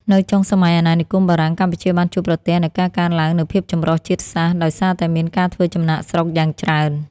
នៅចុងសម័យអាណានិគមបារាំង កម្ពុជាបានជួបប្រទះនូវការកើនឡើងនូវភាពចម្រុះជាតិសាសន៍ដោយសារតែមានការធ្វើចំណាកស្រុកយ៉ាងច្រើន។